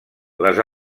les